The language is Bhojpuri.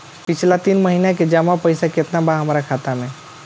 पिछला तीन महीना के जमा पैसा केतना बा हमरा खाता मे?